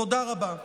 תודה רבה.